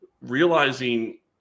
realizing